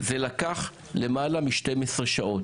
לקחה למעלה מ-12 שעות.